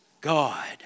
God